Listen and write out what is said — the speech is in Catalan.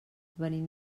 venim